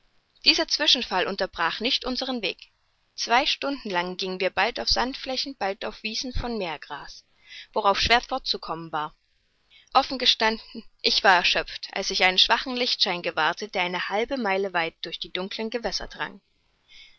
dieser zwischenfall unterbrach nicht unsern weg zwei stunden lang gingen wir bald auf sandflächen bald auf wiesen von meergras worauf schwer fortzukommen war offen gestanden ich war erschöpft als ich einen schwachen lichtschein gewahrte der eine halbe meile weit durch die dunkeln gewässer drang